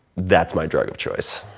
that's my drug of choice.